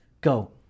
Go